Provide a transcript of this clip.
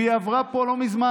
והיא עברה פה לא מזמן,